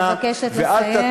אני מבקשת לסיים.